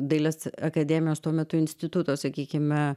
dailės akademijos tuo metu instituto sakykime